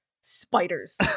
Spiders